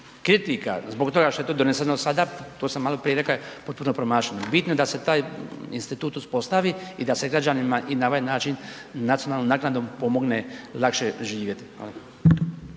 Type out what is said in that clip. kritika zbog toga što je to doneseno sada, to sam maloprije rekao, je potpuno promašeno. Bitno da se taj institut uspostavi i da se građanima i na ovaj način, nacionalnom naknadom, pomogne lakše živjeti.